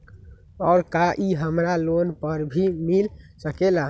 और का इ हमरा लोन पर भी मिल सकेला?